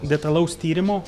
detalaus tyrimo